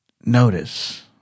notice